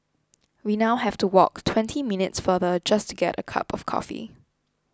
we now have to walk twenty minutes farther just to get a cup of coffee